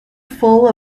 full